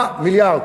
מיליארד.